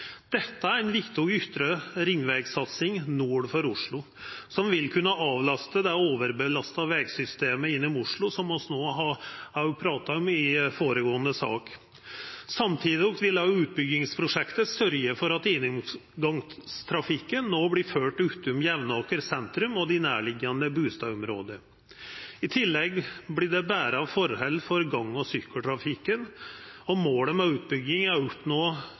Dette er ei viktig ytre ringveg-satsing nord for Oslo, som vil kunna avlasta det overbelasta vegsystemet gjennom Oslo, som vi òg prata om i føregåande sak. Samtidig vil utbyggingsprosjektet òg sørgja for at gjennomgangstrafikken vert ført utanom Jevnaker sentrum og dei nærliggjande bustadområda. I tillegg vert det betre forhold for gange- og sykkeltrafikken. Målet med utbygginga er å oppnå